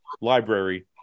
library